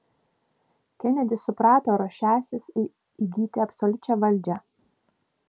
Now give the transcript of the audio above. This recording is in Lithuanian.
kenedis suprato ruošiąsis įgyti absoliučią valdžią